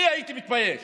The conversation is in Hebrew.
אני הייתי מתבייש,